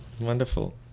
Wonderful